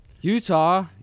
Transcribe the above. utah